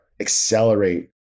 accelerate